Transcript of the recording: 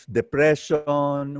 depression